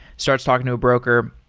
starts talking to a broker,